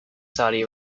saudi